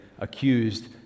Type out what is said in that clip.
accused